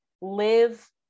live